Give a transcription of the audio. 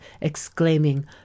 exclaiming